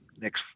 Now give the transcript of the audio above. next